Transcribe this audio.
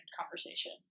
conversation